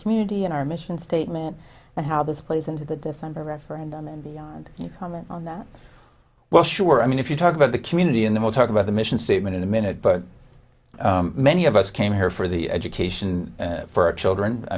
community and our mission statement and how this plays into the december referendum and you comment on that well sure i mean if you talk about the community in the most talk about the mission statement in a minute but many of us came here for the education for our children i